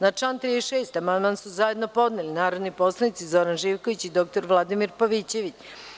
Na član 36. amandman su zajedno podneli narodni poslanici Zoran Živković i dr Vladimir Pavićević.